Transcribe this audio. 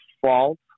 fault